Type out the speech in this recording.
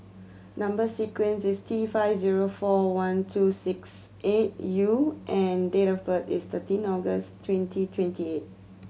number sequence is T five zero four one two six eight U and date of birth is thirteen August twenty twenty eight